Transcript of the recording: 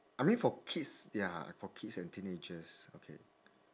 I mean for kids ya for kids and teenagers okay